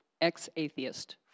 ex-atheist